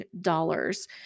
dollars